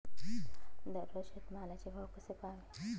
दररोज शेतमालाचे भाव कसे पहावे?